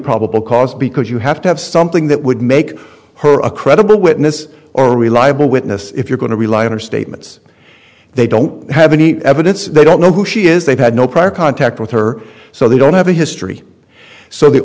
probable cause because you have to have something that would make her a credible witness or reliable witness if you're going to rely on her statements they don't have any evidence they don't know who she is they've had no prior contact with her so they don't have a history so the